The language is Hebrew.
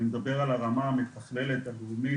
אני מדבר על הרמה המתכללת הלאומית,